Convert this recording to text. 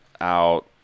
out